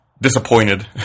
disappointed